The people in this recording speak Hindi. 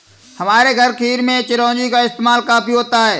हमारे घर खीर में चिरौंजी का इस्तेमाल काफी होता है